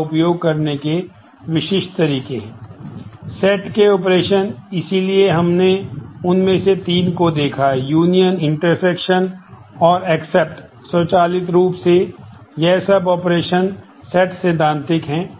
उपयोग करने के विशिष्ट तरीके हैं